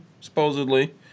supposedly